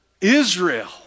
Israel